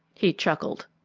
he chuckled.